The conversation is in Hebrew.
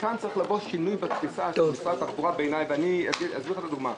כאן צריך לבוא שינוי בתפיסה של משרד התחבורה בעיניי ואני אתן לך דוגמה.